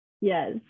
Yes